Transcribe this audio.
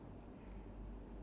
no don't hang up